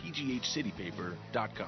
pghcitypaper.com